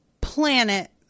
planet